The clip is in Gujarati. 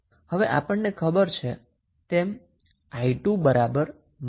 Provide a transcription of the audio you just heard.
હવે આપણને ખબર છે તેમ 𝑖2 બરાબર −i3 છે